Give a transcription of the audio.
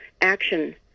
action